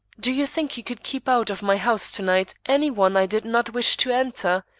do you think you could keep out of my house to-night, any one i did not wish to enter?